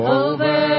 over